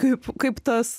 taip kaip tas